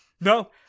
no